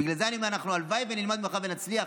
בגלל זה אני אומר: הלוואי ונלמד ממך ונצליח,